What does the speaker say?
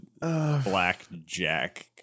Blackjack